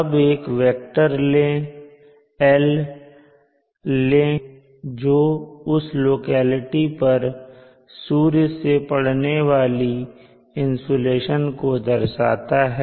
अब एक vector "L" ले कुछ इस तरह से जो उस लोकेलिटी पर सूर्य से पडने वाली इंसुलेशन को दर्शाता है